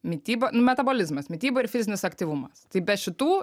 mityba metabolizmas mityba ir fizinis aktyvumas tai bet šitų